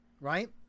right